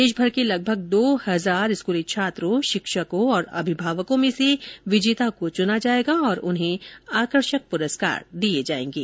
देशभर के लगभग दो हजार स्कूली छात्रों शिक्षकों और अभिभावकों में से विजेता को चुना जाएगा और उन्हें आकर्षक पुरस्कार दिए जाएंगे